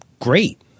great